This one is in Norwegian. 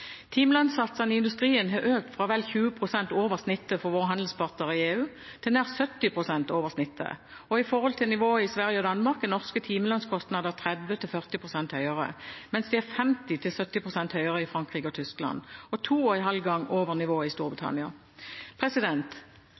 Timelønnssatsene i industrien har økt fra vel 20 pst. over snittet for våre handelspartnere i EU til nær 70 pst. over snittet. I forhold til nivået i Sverige og Danmark er norske timelønnskostnader 30–40 pst. høyere, mens de er 50–70 pst. høyere enn i Frankrike og Tyskland og to og en halv gang over nivået i Storbritannia.